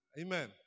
Amen